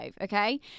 okay